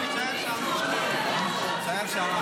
אתה דפקת על השולחן, תצא החוצה.